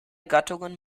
gattungen